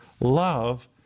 love